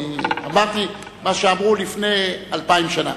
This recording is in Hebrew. אמרתי מה שאמרו לפני אלפיים שנה.